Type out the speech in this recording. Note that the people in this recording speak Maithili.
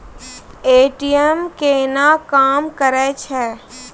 ए.टी.एम केना काम करै छै?